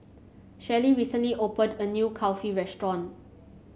Shelli recently opened a new Kulfi restaurant